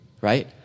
Right